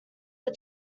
are